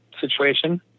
situation